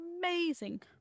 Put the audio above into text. amazing